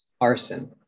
Arson